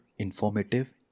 informative